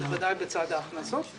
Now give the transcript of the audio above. בוודאי בצד ההכנסות.